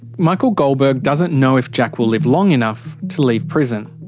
michael goldberg doesn't know if jack will live long enough to leave prison.